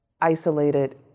isolated